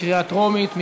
בקריאה טרומית.